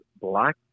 black